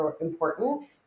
important